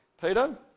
Peter